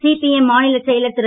CPM மாநிலச் செயலர் திரு